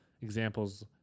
Examples